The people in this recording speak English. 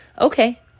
Okay